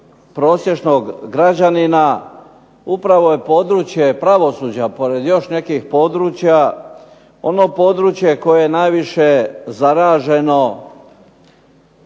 prosječnog građanina upravo je područje pravosuđa pored još nekih područja, ono područje što je najviše zaražena